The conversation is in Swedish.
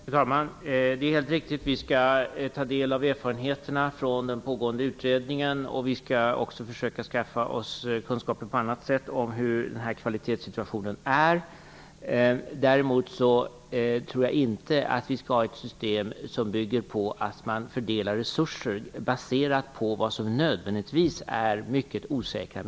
Fru talman! Det är helt riktigt. Vi skall ta del av erfarenheterna av den pågående utredningen. Vi skall också försöka skaffa oss kunskaper på annat sätt om hur kvalitetssituationen är. Däremot tror jag inte att vi skall ha ett system som bygger på att resurser fördelas utifrån mätningar som nödvändigtvis blir mycket osäkra.